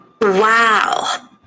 Wow